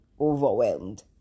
overwhelmed